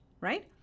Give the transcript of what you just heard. right